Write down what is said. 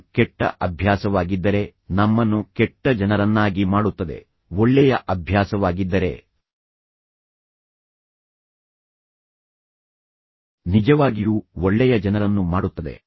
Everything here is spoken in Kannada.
ಅದು ಕೆಟ್ಟ ಅಭ್ಯಾಸವಾಗಿದ್ದರೆ ನಮ್ಮನ್ನು ಕೆಟ್ಟ ಜನರನ್ನಾಗಿ ಮಾಡುತ್ತದೆ ಒಳ್ಳೆಯ ಅಭ್ಯಾಸವಾಗಿದ್ದರೆ ನಿಜವಾಗಿಯೂ ಒಳ್ಳೆಯ ಜನರನ್ನು ಮಾಡುತ್ತದೆ